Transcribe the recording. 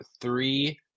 three